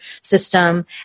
system